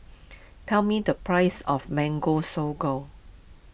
tell me the price of Mango Sago